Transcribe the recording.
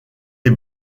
les